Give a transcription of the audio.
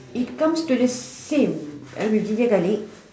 it comes to the same with ginger garlic